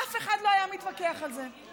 אף אחד לא היה מתווכח על זה.